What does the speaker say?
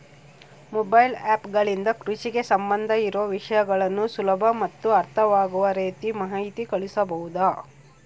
Mobile app ಗಳಿಂದ ಕೃಷಿಗೆ ಸಂಬಂಧ ಇರೊ ವಿಷಯಗಳನ್ನು ಸುಲಭ ಮತ್ತು ಅರ್ಥವಾಗುವ ರೇತಿ ಮಾಹಿತಿ ಕಳಿಸಬಹುದಾ?